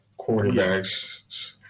quarterbacks